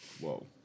Whoa